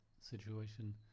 situation